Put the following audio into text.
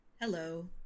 Hello